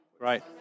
Right